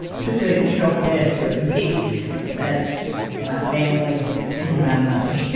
two things you don't mess with me that's my family and my money. and